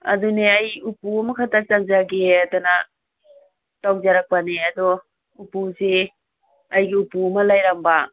ꯑꯗꯨꯅꯦ ꯑꯩ ꯎꯄꯨ ꯑꯃꯈꯛꯇ ꯆꯟꯖꯒꯦꯗꯅ ꯇꯧꯖꯔꯛꯄꯅꯦ ꯑꯗꯣ ꯎꯄꯨꯁꯦ ꯑꯩꯒꯤ ꯎꯄꯨ ꯑꯃ ꯂꯩꯔꯝꯕ